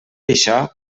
això